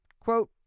Quote